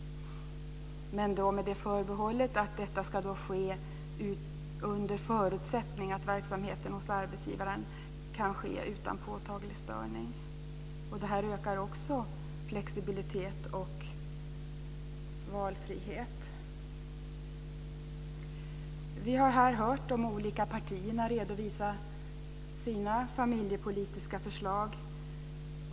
Det gäller med förbehållet att det ska ske under förutsättning att verksamheten hos arbetsgivaren kan ske utan påtaglig störning. Detta ökar också flexibilitet och valfrihet. Vi har här hört de olika partierna redovisa sina familjepolitiska förslag.